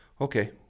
okay